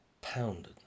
pounded